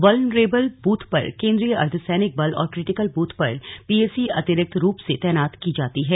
vulnerable booth पर केंद्रीय अर्धसैनिक बेल और क्रिटीकल बूथ पर पीएसी अतिरिक्त रूप से तैनात की जाती है